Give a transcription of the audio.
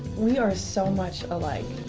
we are so much alike.